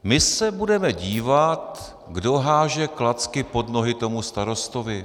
My se budeme dívat, kdo hází klacky pod nohy tomu starostovi.